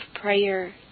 prayer